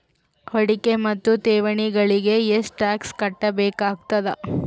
ಹೂಡಿಕೆ ಮತ್ತು ಠೇವಣಿಗಳಿಗ ಎಷ್ಟ ಟಾಕ್ಸ್ ಕಟ್ಟಬೇಕಾಗತದ?